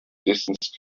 distance